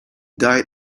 died